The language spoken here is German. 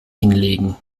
hinlegen